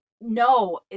No